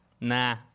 nah